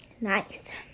Nice